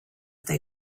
they